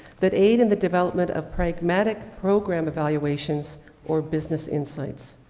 that aid in the development of pragmatic program evaluations or business insights?